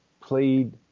played –